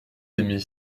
aimé